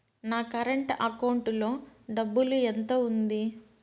నా current account లో డబ్బులు ఎంత ఉంది?